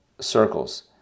circles